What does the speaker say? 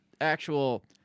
actual